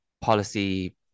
policy